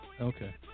Okay